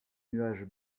nuages